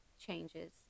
changes